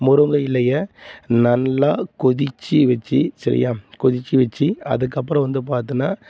முருங்கை இலையை நல்லா கொதித்து வச்சு சரியாக கொதித்து வச்சு அதுக்கு அப்பறம் வந்து பார்த்தின்னா